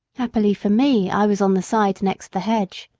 happily for me, i was on the side next the hedge.